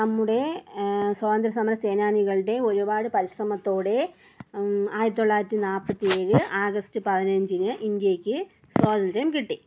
നമ്മുടെ സ്വാതന്ത്ര്യസമരസേനാനികളുടെ ഒരുപാട് പരിശ്രമത്തോടെ ആയിരത്തി തൊള്ളായിരത്തി നാൽപത്തി ഏഴ് ആഗസ്റ്റ് പതിനഞ്ചിന് ഇന്ത്യക്ക് സ്വാതന്ത്ര്യം കിട്ടി